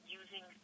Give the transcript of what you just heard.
using